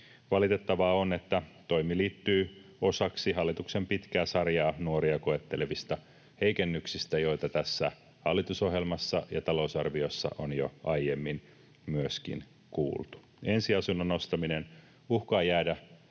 Valitettavaa on, että toimi liittyy osaksi hallituksen pitkää sarjaa nuoria koettelevista heikennyksistä, joita tässä hallitusohjelmassa ja talousarviossa on jo aiemmin kuultu. Ensiasunnon ostaminen uhkaa jäädä